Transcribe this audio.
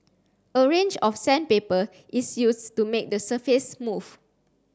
a range of sandpaper is used to make the surface smooth